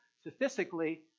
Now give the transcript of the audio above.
statistically